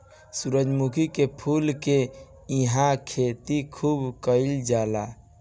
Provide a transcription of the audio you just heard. सूरजमुखी के फूल के इहां खेती खूब कईल जाला